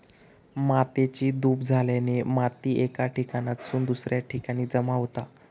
मातेची धूप झाल्याने माती एका ठिकाणासून दुसऱ्या ठिकाणी जमा होता